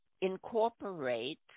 incorporate